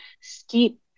steep